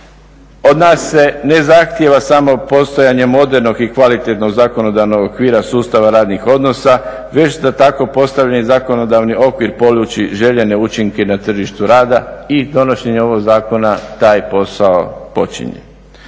Od nas se ne zahtijeva samo postojanje modernog i kvalitetnog zakonodavnog okvira sustava radnih odnosa već da tako postavljeni zakonodavni okvir poluči željene učinke na tržištu rada i donošenje ovog zakona taj posao počinje.